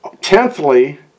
Tenthly